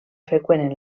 freqüent